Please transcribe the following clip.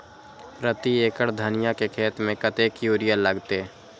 प्रति एकड़ धनिया के खेत में कतेक यूरिया लगते?